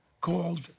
called